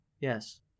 Yes